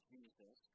Jesus